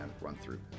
run-through